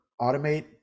automate